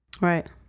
Right